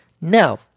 No